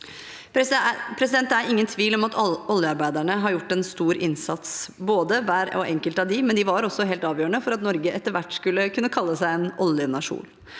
Det er ingen tvil om at oljearbeiderne har gjort en stor innsats – hver enkelt av dem – og de var også helt avgjørende for at Norge etter hvert skulle kunne kalle seg en oljenasjon.